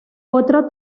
otro